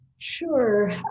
Sure